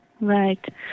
Right